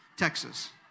Texas